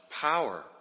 power